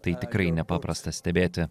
tai tikrai nepaprasta stebėti